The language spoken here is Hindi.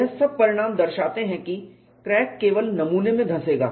यह सब परिणाम दर्शाते हैं कि क्रैक केवल नमूने में धंसेगा